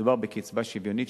מדובר בקצבה שוויונית,